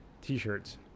t-shirts